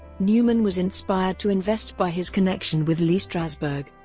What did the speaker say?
newman was inspired to invest by his connection with lee strasberg,